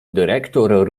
dyrektor